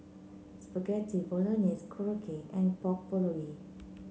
Spaghetti Bolognese Korokke and Pork Bulgogi